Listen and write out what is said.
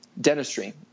dentistry